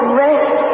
rest